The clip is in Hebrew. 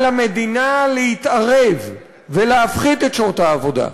על המדינה להתערב ולהפחית את שעות העבודה.